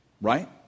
Right